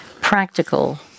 practical